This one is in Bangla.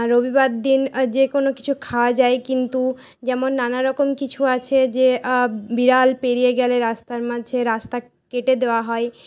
রবিবার দিন যে কোনো কিছু খাওয়া যায় কিন্তু যেমন নানারকম কিছু আছে যে বিড়াল পেড়িয়ে গেলে রাস্তার মাঝে রাস্তা কেটে দেওয়া হয়